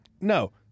No